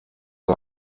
der